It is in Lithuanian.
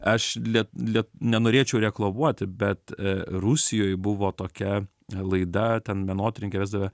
aš liet liet nenorėčiau reklamuoti bet rusijoj buvo tokia laida ten menotyrininkė vesdavo